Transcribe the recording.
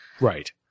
Right